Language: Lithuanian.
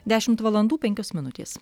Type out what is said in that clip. dešimt valandų penkios minutės